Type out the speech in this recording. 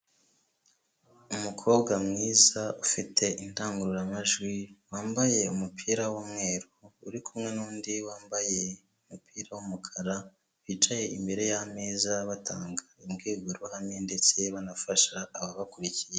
Umukobwa mwiza ufite indangururamajwi wambaye umupira w'umweru, uri kumwe n'undi wambaye umupira w'umukara bicaye imbere y'ameza batanga imbwirwaruhame ndetse banafasha ababakurikiye.